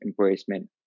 embracement